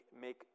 make